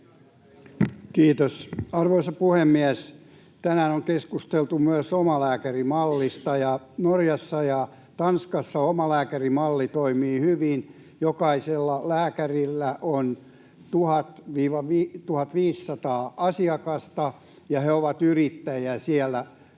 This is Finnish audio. Kiitos, arvoisa puhemies! Tänään on keskusteltu myös omalääkärimallista. Norjassa ja Tanskassa omalääkärimalli toimii hyvin. Jokaisella lääkärillä on 1 000—1 500 asiakasta. He ovat yrittäjiä siellä,